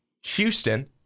Houston